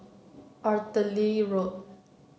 Artillery Road